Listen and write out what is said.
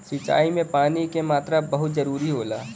सिंचाई में पानी क मात्रा बहुत जरूरी होला